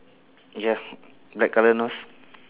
ya black colour nose